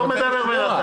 ולא יקבלו את זה.